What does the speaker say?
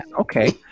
okay